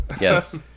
Yes